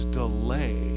delay